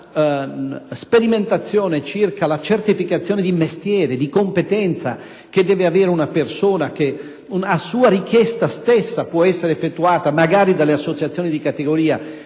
una sperimentazione circa la certificazione dei mestieri e delle competenze che deve avere una persona che, a sua stessa richiesta, può magari essere effettuata dalle associazioni di categoria,